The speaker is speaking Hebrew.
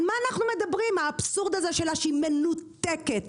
שרת התחבורה מנותקת.